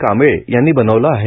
कांबळे यांनी बनविले आहे